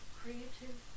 creative